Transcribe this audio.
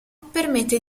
permette